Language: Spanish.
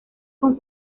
con